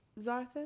Zarthus